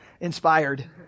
inspired